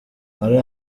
hari